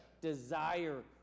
desire